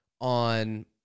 on